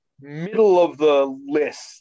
middle-of-the-list